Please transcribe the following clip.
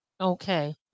okay